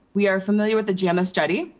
we are familiar with the jama study.